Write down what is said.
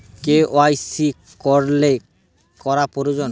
KYC cancel করা প্রয়োজন?